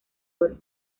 oro